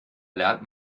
lernt